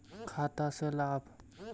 खाता से लाभ?